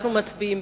אנחנו מצביעים.